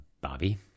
Bobby